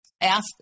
ask